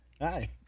Hi